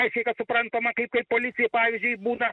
aiškiai kad suprantama kaip kaip policija pavyzdžiui būna